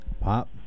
Pop